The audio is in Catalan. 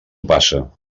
passa